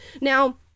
Now